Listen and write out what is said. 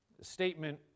statement